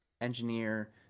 engineer